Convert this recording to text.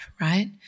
Right